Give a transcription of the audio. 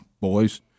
boys